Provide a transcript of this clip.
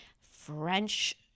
French